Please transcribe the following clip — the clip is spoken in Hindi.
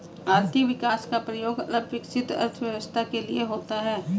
आर्थिक विकास का प्रयोग अल्प विकसित अर्थव्यवस्था के लिए होता है